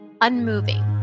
unmoving